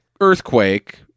earthquake